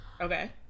Okay